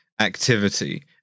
activity